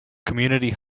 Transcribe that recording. community